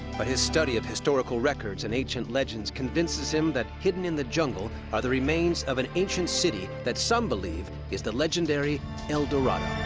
but his study of historical records and ancient legends convinces him that, hidden in the jungle, are the remains of an ancient city that some believe is the legendary el dorado.